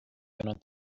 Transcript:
gonna